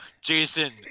Jason